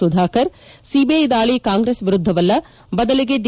Sudhakar CBI ದಾಳಿ ಕಾಂಗ್ರೆಸ್ ವಿರುದ್ಧವಲ್ಲ ಬದಲಿಗೆ ಡಿ